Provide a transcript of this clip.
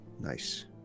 nice